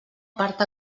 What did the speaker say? part